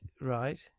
Right